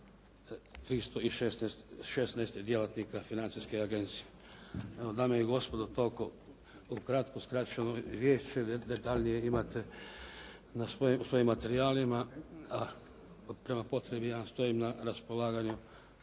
316 djelatnika Financijske agencije. Evo dame i gospodo toliko ukratko u skraćenoj vijest. Detaljnije imate u svojim materijalima a prema potrebi ja stojim na raspolaganju